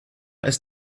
ist